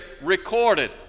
recorded